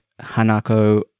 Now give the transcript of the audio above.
Hanako